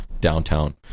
downtown